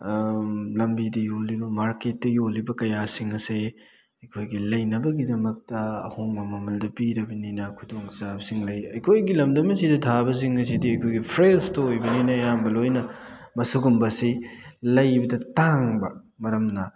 ꯂꯝꯕꯤꯗ ꯌꯣꯜꯂꯤꯕ ꯃꯥꯔꯀꯦꯠꯇ ꯌꯣꯜꯂꯤꯕ ꯀꯌꯥꯁꯤꯡ ꯑꯁꯦ ꯑꯩꯈꯣꯏꯒꯤ ꯂꯩꯅꯕꯒꯤꯗꯃꯛꯇ ꯑꯍꯣꯡꯕ ꯃꯃꯜꯗ ꯄꯤꯔꯕꯅꯤꯅ ꯈꯨꯗꯣꯡ ꯆꯥꯕꯁꯤꯡ ꯂꯩ ꯑꯩꯈꯣꯏꯒꯤ ꯂꯝꯗꯝ ꯑꯁꯤꯗ ꯊꯥꯕꯁꯤꯡ ꯑꯁꯤꯗꯤ ꯑꯩꯈꯣꯏꯒꯤ ꯐ꯭ꯔꯦꯁꯇ ꯑꯣꯏꯕꯅꯤꯅ ꯑꯌꯥꯝꯕ ꯂꯣꯏꯅ ꯃꯁꯤꯒꯨꯝꯕꯁꯤ ꯂꯩꯕꯗ ꯇꯥꯡꯕ ꯃꯔꯝꯅ